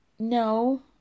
No